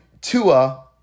Tua